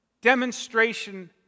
demonstration